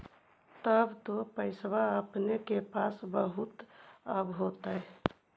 तब तो पैसबा अपने के पास बहुते आब होतय?